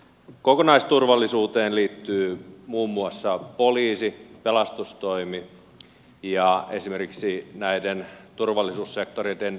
kokonaisturvallisuuteen liittyy muun muassa poliisi pelastustoimi ja esimerkiksi näiden turvallisuussektoreiden eläkeikä